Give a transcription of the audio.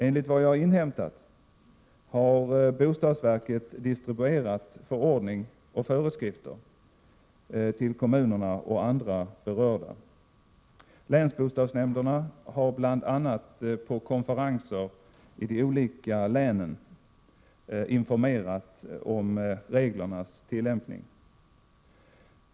Enligt vad jag har inhämtat har bostadsverket distribuerat förordning och föreskrifter till kommuner och andra berörda. Länsbostadsnämnderna har bl.a. på konferenser i de olika länen informerat om reglernas tillämpning.